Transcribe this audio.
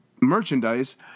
merchandise